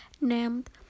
named